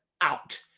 out